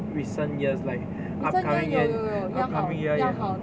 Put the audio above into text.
recent years like upcoming year upcoming year